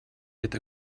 это